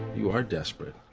you are desperate.